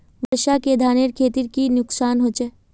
वर्षा से धानेर खेतीर की नुकसान होचे?